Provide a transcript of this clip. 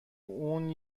اون